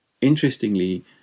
Interestingly